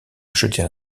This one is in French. acheter